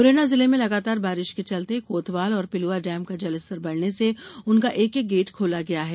मुरैना जिले में लगातार बारिश के चलते कोतवाल और पिलुआ डेम का जल स्तर बढ़ने से उनका एक एक गेट खोला गया है